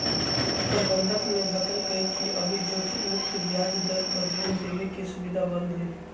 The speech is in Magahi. प्रबंधक ने बतल कई कि अभी जोखिम मुक्त ब्याज दर पर ऋण देवे के सुविधा बंद हई